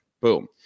Boom